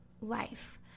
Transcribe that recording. life